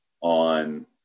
on